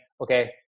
okay